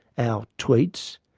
our tweets,